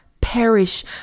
perish